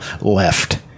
left